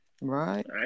Right